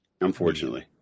unfortunately